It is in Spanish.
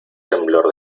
temblor